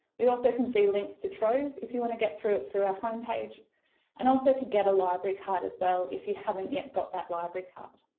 we also can see links to trove, if you want to get through it through our homepage and also to get a library card as well if you haven't yet got that library card.